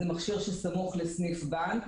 מדובר על מכשיר שסמוך לסניף בנק,